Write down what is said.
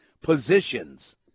positions